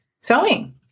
sewing